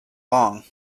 long